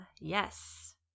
yes